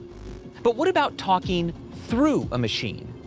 but what about talking through a machine?